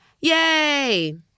Yay